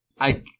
I-